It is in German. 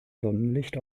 sonnenlicht